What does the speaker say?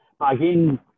Again